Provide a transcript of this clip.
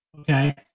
Okay